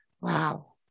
Wow